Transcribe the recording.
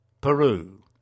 Peru